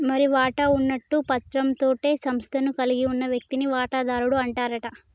మరి వాటా ఉన్నట్టు పత్రం తోటే సంస్థను కలిగి ఉన్న వ్యక్తిని వాటాదారుడు అంటారట